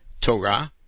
Torah